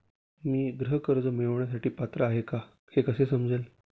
मी गृह कर्ज मिळवण्यासाठी पात्र आहे का हे कसे समजेल?